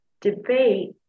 debate